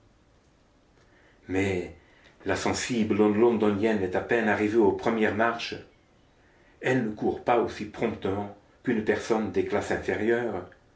mais la sensible londonienne est à peine arrivée aux premières marches elle ne court pas aussi promptement qu'une personne des classes inférieures